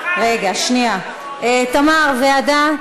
תמר, ועדה?